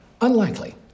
Unlikely